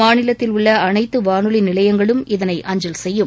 மாநிலத்தில் உள்ள அனைத்து வானொலி நிலைபங்களும் இதனை அஞ்சல் செய்யும்